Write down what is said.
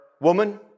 woman